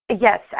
Yes